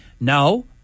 No